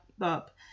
up